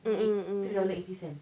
meat three dollar eighty cent